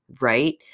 right